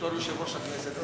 שבתור יושב-ראש הכנסת,